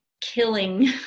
killing